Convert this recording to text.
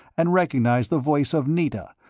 and recognized the voice of nita,